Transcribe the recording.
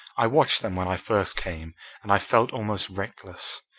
i watched them when i first came and i felt almost reckless.